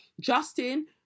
Justin